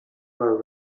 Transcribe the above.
were